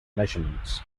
measurements